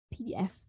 PDF